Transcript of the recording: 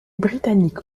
britanniques